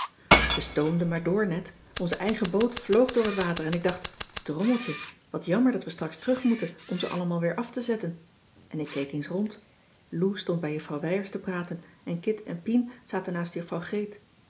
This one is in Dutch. we stoomden maar door net onze eigen boot vloog door het water en ik dacht drommeltje wat jammer dat we straks terug moeten om ze allemaal weer af te zetten en ik keek eens rond lou stond bij juffrouw wijers te praten en kit en pien zaten naast juffrouw greet